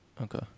Okay